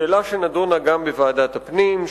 זו שאלה שנדונה גם בוועדת הפנים,